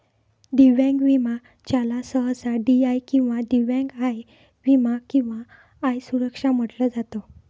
दिव्यांग विमा ज्याला सहसा डी.आय किंवा दिव्यांग आय विमा किंवा आय सुरक्षा म्हटलं जात